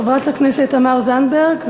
חברת הכנסת תמר זנדברג,